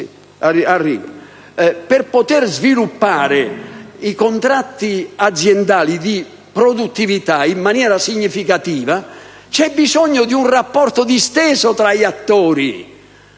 Per poter sviluppare i contratti aziendali di produttività in maniera significativa c'è bisogno di un rapporto disteso tra gli attori,